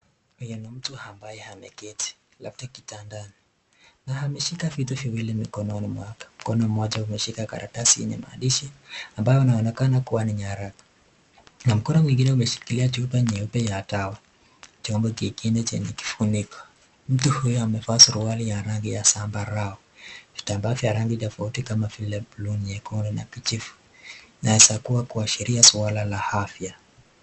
Huyu ni mtu ambaye ameketi labda kitandani na ameshika vitu viwili mikononi mwake. Mkono mmoja umeshika karatasi yenye maandishi ambayo inaonekana kuwa ni nyaraka na mkono mwingine umeshikilia chupa nyeupe ya dawa. Chombo kingine chenye kifuniko. Mtu huyu amevaa suruali ya rangi ya zambarau. Vitambaa vya rangi tofauti kama vile blue , nyekundu na kijivu inaweza kuwa kuashiria swala la afya.